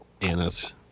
Anna's